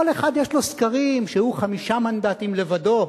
כל אחד יש לו סקרים שהוא חמישה מנדטים לבדו,